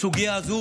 בסוגיה הזו